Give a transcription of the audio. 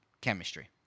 chemistry